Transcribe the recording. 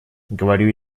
говорю